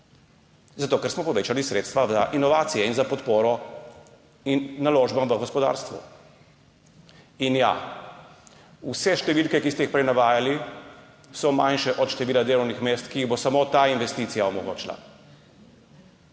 zato ker smo povečali sredstva za inovacije, za podporo in naložbe v gospodarstvu. Ja, vse številke, ki ste jih prej navajali, so manjše od števila delovnih mest, ki jih bo samo ta investicija omogočila.